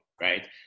right